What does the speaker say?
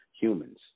humans